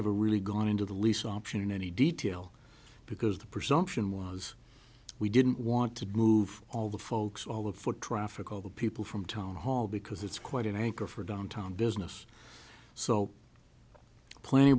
ever really gone into the lease option in any detail because the presumption was we didn't want to move all the folks all of foot traffic all the people from town hall because it's quite an anchor for downtown business so